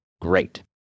great